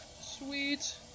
Sweet